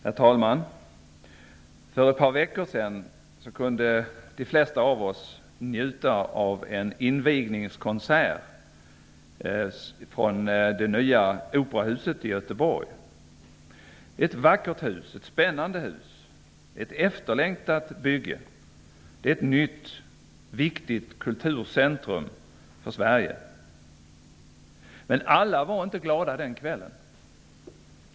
Herr talman! För ett par veckor sedan kunde de flesta av oss njuta av en invigningskonsert från det nya operahuset i Göteborg. Det är ett vackert och spännande hus. Det är ett efterlängtat bygge. Det är ett nytt viktigt kulturcentrum för Sverige. Men alla var inte glada den kvällen.